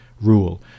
rule